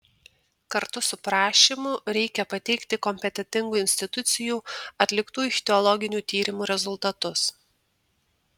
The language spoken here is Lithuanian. kartu su prašymu reikia pateikti kompetentingų institucijų atliktų ichtiologinių tyrimų rezultatus